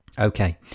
Okay